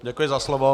Děkuji za slovo.